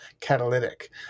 catalytic